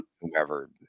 whoever